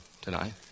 tonight